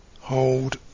hold